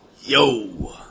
Yo